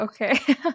okay